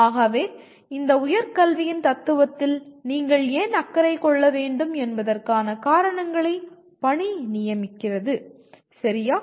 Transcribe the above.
ஆகவேஇந்த உயர்கல்வியின் தத்துவத்தில் நீங்கள் ஏன் அக்கறை கொள்ள வேண்டும் என்பதற்கான காரணங்களை பணி நியமிக்கிறது சரியா